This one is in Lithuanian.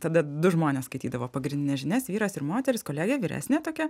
tada du žmonės skaitydavo pagrindines žinias vyras ir moteris kolegė vyresnė tokia